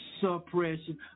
suppression